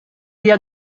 via